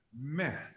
man